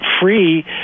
free